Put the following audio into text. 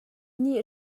nih